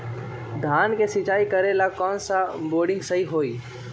धान के सिचाई करे ला कौन सा बोर्डिंग सही होई?